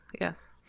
Yes